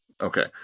Okay